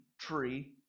tree